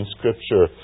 Scripture